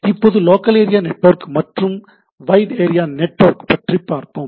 இப்போது local area network மற்றும் wide area network பற்றி பார்ப்போம்